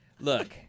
Look